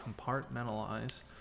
compartmentalize